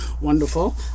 Wonderful